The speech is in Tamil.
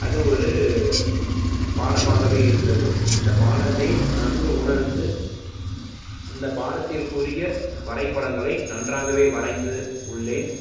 அது ஒரு பாடமாகவே இருந்தது அந்த பாடத்தை நன்கு உணர்ந்து அந்த பாடத்திற்க்குரிய வரைபடங்களை நன்றாகவே வரைந்து உள்ளேன்